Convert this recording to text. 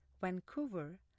Vancouver